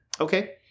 Okay